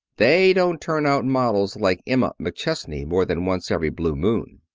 they don't turn out models like emma mcchesney more than once every blue moon.